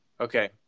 Okay